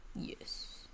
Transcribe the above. yes